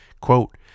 Quote